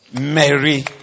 Mary